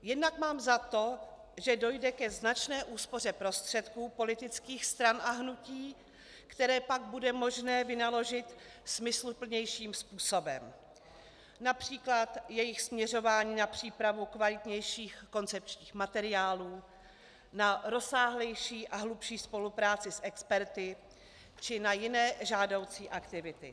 Jednak mám za to, že dojde ke značné úspoře prostředků politických stran a hnutí, které pak bude možné vynaložit smysluplnějším způsobem, např. jejich směřováním na přípravu kvalitnějších koncepčních materiálů, na rozsáhlejší a hlubší spolupráci s experty či na jiné žádoucí aktivity.